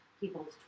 people's